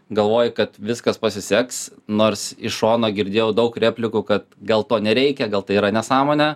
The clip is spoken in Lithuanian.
galvoji kad viskas pasiseks nors iš šono girdėjau daug replikų kad gal to nereikia gal tai yra nesąmonė